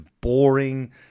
boring